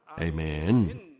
Amen